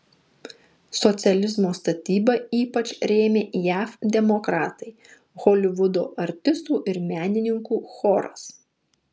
socializmo statybą ypač rėmė jav demokratai holivudo artistų ir menininkų choras